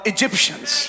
Egyptians